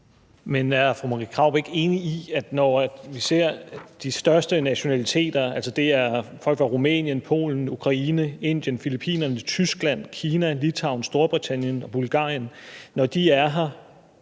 Men er fru Marie Krarup ikke enig i, at hvis folk fra de største nationaliteter – det er folk fra Rumænien, Polen, Ukraine, Indien, Filippinerne, Tyskland, Kina, Litauen, Storbritannien og Bulgarien – lærer